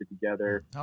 together